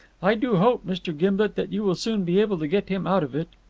i do hope, mr. gimblet, that you will soon be able to get him out of it.